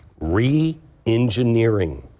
Re-engineering